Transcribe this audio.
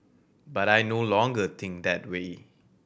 but I no longer think that way